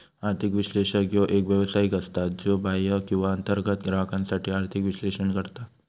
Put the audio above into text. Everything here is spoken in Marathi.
आर्थिक विश्लेषक ह्यो एक व्यावसायिक असता, ज्यो बाह्य किंवा अंतर्गत ग्राहकांसाठी आर्थिक विश्लेषण करता